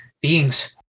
beings